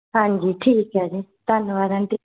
ਹਾਂਜੀ ਠੀਕ ਹੈ ਜੀ ਧੰਨਵਾਦ ਆਂਟੀ